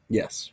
yes